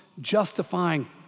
justifying